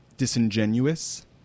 disingenuous